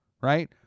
right